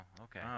okay